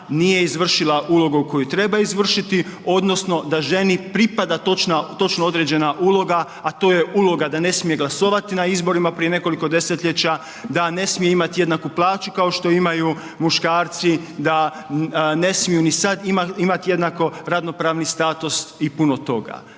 nije izvršila ulogu koju izvršiti odnosno da ženi pripada točno određena uloga, a to je uloga da ne smije glasovati na izborima prije nekoliko desetljeća, da ne smije imati jednaku plaću kao što imaju muškarci, da ne smiju ni sad imati jednako radno-pravni status i puno toga.